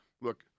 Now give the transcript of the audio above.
look